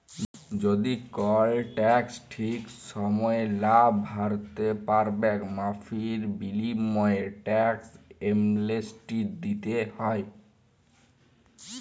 যদি কল টেকস ঠিক সময়ে লা ভ্যরতে প্যারবেক মাফীর বিলীময়ে টেকস এমলেসটি দ্যিতে হ্যয়